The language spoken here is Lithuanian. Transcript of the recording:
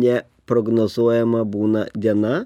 ne prognozuojama būna diena